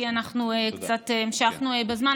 כי אנחנו קצת המשכנו בזמן,